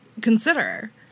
consider